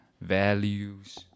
values